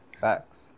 Facts